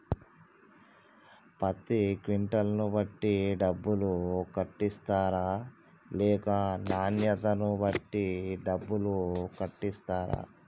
పత్తి క్వింటాల్ ను బట్టి డబ్బులు కట్టిస్తరా లేక నాణ్యతను బట్టి డబ్బులు కట్టిస్తారా?